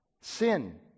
Sin